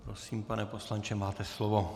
Prosím, pane poslanče, máte slovo.